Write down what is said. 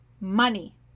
money